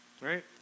right